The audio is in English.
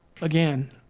again